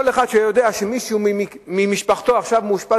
כל אחד שיודע שמישהו ממשפחתו מאושפז